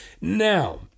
Now